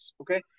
Okay